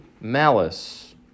Malice